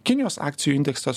kinijos akcijų indeksas